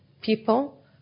people